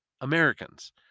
Americans